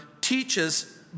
teaches